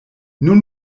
nun